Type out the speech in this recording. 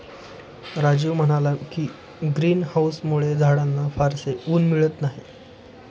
राजीव म्हणाला की, ग्रीन हाउसमुळे झाडांना फारसे ऊन मिळत नाही